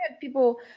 people